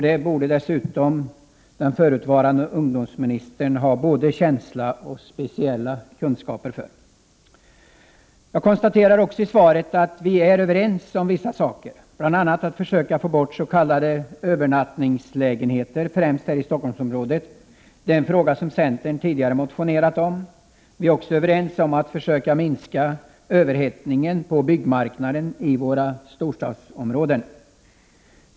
Det borde den förutvarande ungdomsministern ha både känsla för och speciella kunskaper om. Vi konstaterar också av svaret att vi är överens om vissa saker, bl.a. att vi skall försöka få bort s.k. övernattningslägenheter, speciellt här i Stockholmsområdet. Det är en fråga som centern tidigare har motionerat om. Vi är också överens om att försöka minska överhettningen på byggmarknaden i våra storstadsområden.